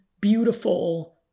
beautiful